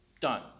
done